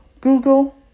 Google